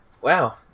Wow